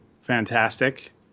fantastic